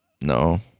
No